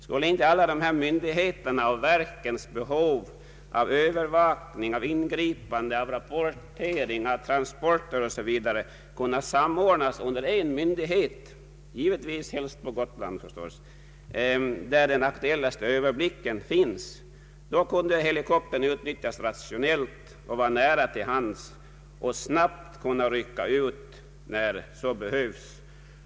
Skulle inte alla de här myndigheternas och verkens behov av övervakning, ingripanden, rapportering, transporter o.s.v. kunna samordnas under en myndighet — givetvis helst på Gotland, där den bästa överblicken finns? Då kunde helikoptern utnyttjas rationellt och vara till hands och snabbt kunna rycka ut när så behövs.